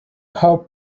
how